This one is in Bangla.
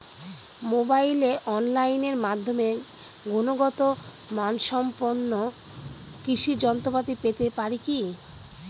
মোবাইলে অনলাইনের মাধ্যমে গুণগত মানসম্পন্ন কৃষি যন্ত্রপাতি পেতে পারি কি?